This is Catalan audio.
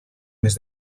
més